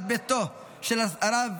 בת ביתו של הרב,